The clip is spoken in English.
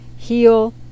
Heal